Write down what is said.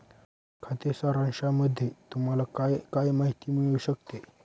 खाते सारांशामध्ये तुम्हाला काय काय माहिती मिळू शकते?